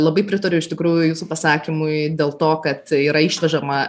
labai pritariu iš tikrųjų jūsų pasakymui dėl to kad yra išvežama